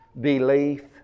belief